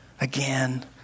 again